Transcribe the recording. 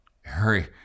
hurry